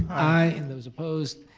i and those opposed,